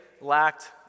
lacked